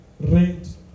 rent